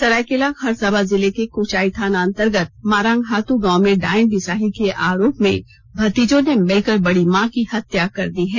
सरायकेला खरसावां जिले के कुचाई थाना अंतर्गत मारांगहातु गांव में डायन बिसाही के आरोप में भतीजों ने मिलकर बड़ी मां की हत्या कर दी है